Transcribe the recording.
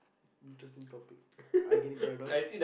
just a topic are you getting paranoid